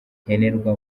nkenerwa